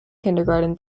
kindergarten